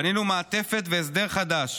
בנינו מעטפת והסדר חדש,